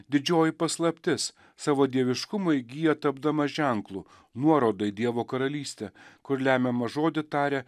didžioji paslaptis savo dieviškumo įgyja tapdamas ženklu nuoroda į dievo karalystę kur lemiamą žodį taria